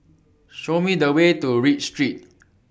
Show Me The Way to Read Street